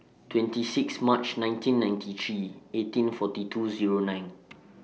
twenty six March nineteen ninety three eighteen forty two Zero nine